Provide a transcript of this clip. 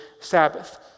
Sabbath